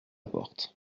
porte